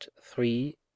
three